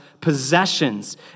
possessions